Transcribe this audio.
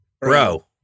bro